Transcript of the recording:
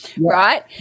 right